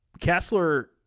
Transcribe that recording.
Kessler